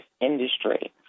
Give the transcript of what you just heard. industry